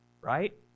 right